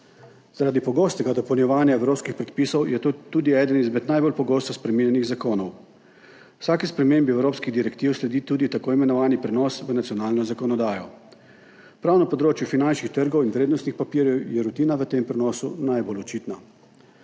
Zaradi pogostega dopolnjevanja evropskih predpisov je to tudi eden izmed najbolj pogosto spremenjenih zakonov. Vsaki spremembi evropskih direktiv sledi tudi tako imenovani prenos v nacionalno zakonodajo. Prav na področju finančnih trgov in vrednostnih papirjev je rutina v tem prenosu najbolj očitna.